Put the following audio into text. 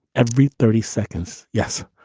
every thirty seconds. yes,